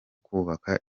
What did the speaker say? kubaka